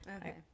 Okay